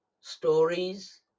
stories